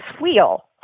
wheel